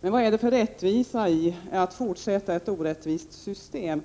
Men vad är det för rättvisa i att fortsätta med ett orättvist system?